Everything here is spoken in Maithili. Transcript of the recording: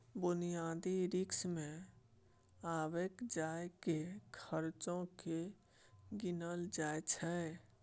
बुनियादी रिस्क मे आबय जाय केर खर्चो केँ गिनल जाय छै